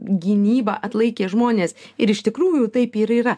gynyba atlaikė žmonės ir iš tikrųjų taip ir yra